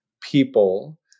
people